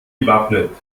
gewappnet